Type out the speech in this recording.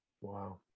Wow